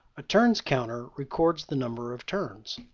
a turns counter records the number of turns.